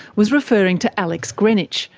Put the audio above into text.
was referring to alex greenwich,